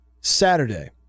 Saturday